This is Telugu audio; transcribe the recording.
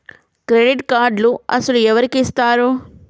క్రెడిట్ కార్డులు అసలు ఎవరికి ఇస్తారు?